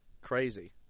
crazy